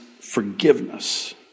forgiveness